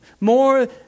More